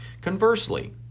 Conversely